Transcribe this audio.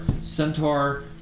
centaur